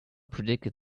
predicted